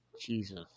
Jesus